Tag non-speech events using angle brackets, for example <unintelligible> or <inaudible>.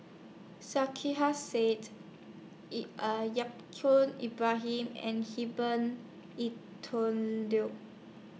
Sarkasi Said <unintelligible> Yaacob Ibrahim and Herbert <unintelligible>